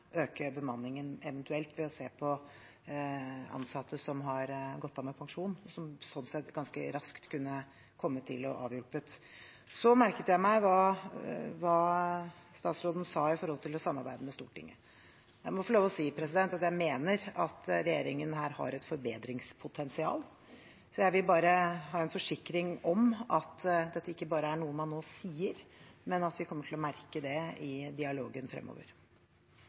øke bemanningen, eventuelt ved å se på ansatte som har gått av med pensjon, og som sånn sett ganske raskt kunne komme til og avhjulpet. Så merket jeg meg hva statsråden sa med hensyn til å samarbeide med Stortinget. Jeg må få lov å si at jeg mener regjeringen her har et forbedringspotensial. Jeg vil bare ha en forsikring om at dette ikke bare er noe man nå sier, men at vi kommer til å merke det i dialogen fremover.